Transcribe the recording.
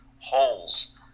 holes